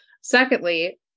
secondly